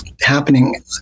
happening